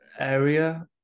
area